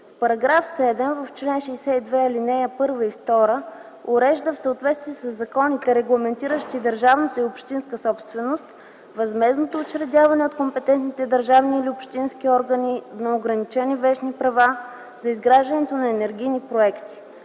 - В § 7, в чл. 62, ал. 1 и 2 урежда в съответствие със законите, регламентиращи държавната и общинската собственост, възмездното учредяване от компетентните държавни и общински органи на ограничени вещни права за изграждането на енергийни проекти.